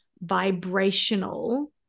vibrational